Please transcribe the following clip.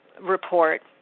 report